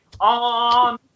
on